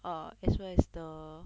err as well as the